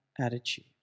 attitude